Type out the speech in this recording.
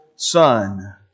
Son